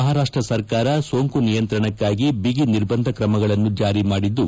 ಮಹಾರಾಷ್ಟ ಸರ್ಕಾರ ಸೋಂಕು ನಿಯಂತ್ರಣಕ್ಕಾಗಿ ಬಿಗಿ ನಿರ್ಬಂಧ ಕ್ರಮಗಳನ್ನು ಜಾರಿ ಮಾಡಿದ್ದು